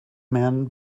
men